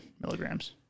milligrams